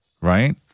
Right